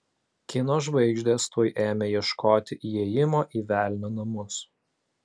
kino žvaigždės tuoj ėmė ieškoti įėjimo į velnio namus